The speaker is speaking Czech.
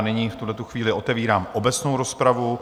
Nyní v tuhle chvíli otevírám obecnou rozpravu.